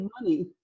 Money